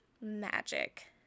magic